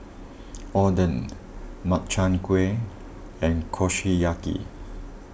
Oden Makchang Gui and Kushiyaki